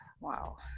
Wow